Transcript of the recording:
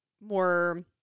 more